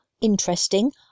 interesting